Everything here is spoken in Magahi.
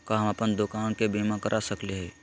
का हम अप्पन दुकान के बीमा करा सकली हई?